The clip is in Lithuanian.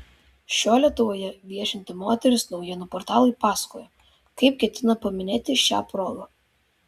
šiuo lietuvoje viešinti moteris naujienų portalui pasakojo kaip ketina paminėti šią progą